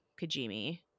Kajimi